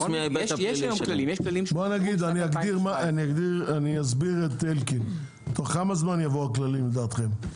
תוך כמה זמן יבואו הכללים לדעתכם?